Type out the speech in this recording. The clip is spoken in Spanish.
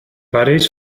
parís